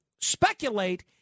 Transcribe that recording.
speculate